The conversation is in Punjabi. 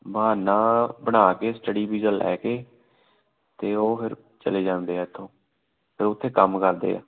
ਬਹਾਨਾ ਬਣਾ ਕੇ ਸਟਡੀ ਵੀਜ਼ਾ ਲੈ ਕੇ ਅਤੇ ਉਹ ਫਿਰ ਚੱਲੇ ਜਾਂਦੇ ਆ ਇੱਥੋਂ ਅਤੇ ਉੱਥੇ ਕੰਮ ਕਰਦੇ ਆ